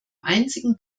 einzigen